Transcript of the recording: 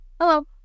Hello